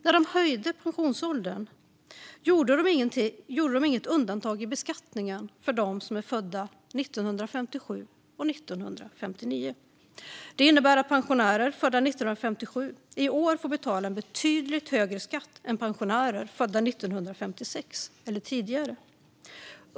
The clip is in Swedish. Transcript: När de höjde pensionsåldern gjorde de inget undantag i beskattningen för dem som är födda 1957 och 1959. Det innebär att pensionärer födda 1957 i år får betala en betydligt högre skatt än pensionärer födda 1956 eller tidigare.